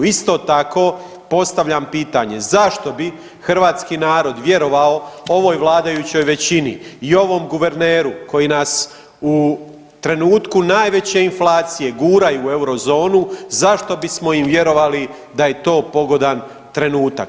Isto tako, postavljam pitanje zašto bi hrvatski narod vjerovao ovoj vladajućoj većini i ovom guverneru koji nas u trenutku najveće inflacije guraju u eurozonu, zašto bismo im vjerovali da je to pogodan trenutak.